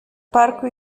parku